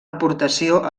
aportació